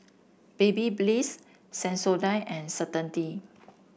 Babybliss Sensodyne and Certainty